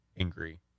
angry